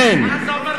אז לכן,